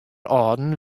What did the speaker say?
âlden